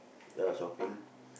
ya shopping